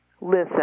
listen